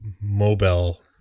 mobile